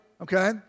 Okay